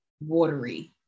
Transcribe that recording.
watery